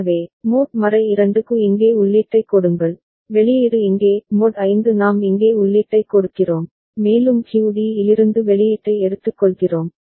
எனவே மோட் 2 க்கு இங்கே உள்ளீட்டைக் கொடுங்கள் வெளியீடு இங்கே mod 5 நாம் இங்கே உள்ளீட்டைக் கொடுக்கிறோம் மேலும் QD இலிருந்து வெளியீட்டை எடுத்துக்கொள்கிறோம்